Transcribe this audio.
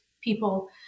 people